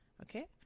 okay